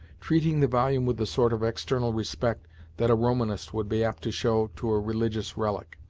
treating the volume with the sort of external respect that a romanist would be apt to show to a religious relic.